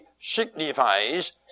signifies